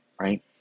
right